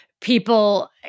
people –